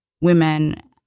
women